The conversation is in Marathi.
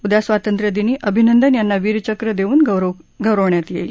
उद्या स्वातंत्र्यदिनी अभिनंदन यांचा वीरचक्र देऊन गौरव करण्यात येईल